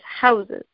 houses